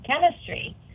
chemistry